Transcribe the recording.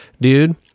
Dude